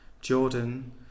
Jordan